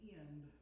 end